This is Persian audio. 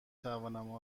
توانم